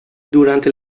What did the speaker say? durante